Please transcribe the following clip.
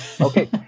Okay